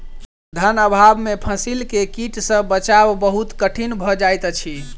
धन अभाव में फसील के कीट सॅ बचाव बहुत कठिन भअ जाइत अछि